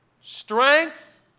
Strength